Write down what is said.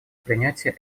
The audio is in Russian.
принятия